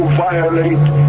violate